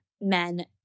men